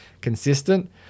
consistent